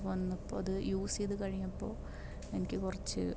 വന്നപ്പോൾ അത് യൂസ് ചെയ്ത് കഴിഞ്ഞപ്പോൾ എനിക്ക് കുറച്ച്